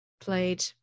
played